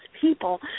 people